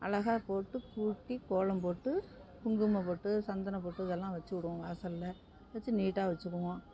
அழகா போட்டு கூட்டி கோலம் போட்டு குங்குமம் பொட்டு சந்தன பொட்டு இதெல்லாம் வச்சு விடுவோம் வாசலில் வச்சு நீட்டாக வச்சுக்குவோம்